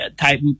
type